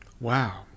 Wow